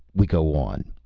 we go on.